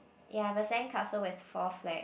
ya I have a sandcastle with four flag